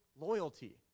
loyalty